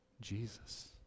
Jesus